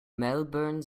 melbourne